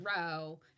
row